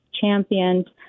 championed